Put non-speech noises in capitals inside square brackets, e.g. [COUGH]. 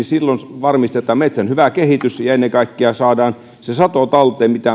[UNINTELLIGIBLE] silloin varmistetaan metsän hyvä kehitys ja ja ennen kaikkea saadaan se sato talteen